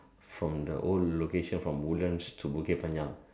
from the old location from woodlands to Bukit-Panjang